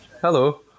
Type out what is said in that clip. Hello